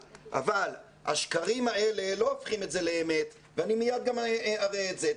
אבל השקרים האלה לא הופכים את זה לאמת ואני מייד גם אראה את זה.